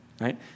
Right